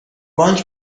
بانک